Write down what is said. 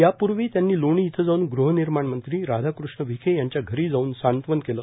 यापूर्वी त्यांनी लोणी इथं जाऊन गहनिर्माण मंत्री राधाकृष्ण विखे यांच्या घरी जाऊन सांत्वन केलं